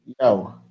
Yo